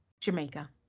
Jamaica